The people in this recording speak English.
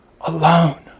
alone